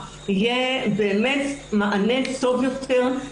יהיה באמת מענה טוב יותר,